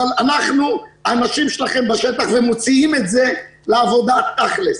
אבל אנחנו האנשים שלכם בשטח ומוציאים את זה לעבודה תכלס.